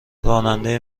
راننده